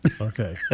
Okay